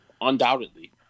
undoubtedly